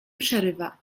przerywa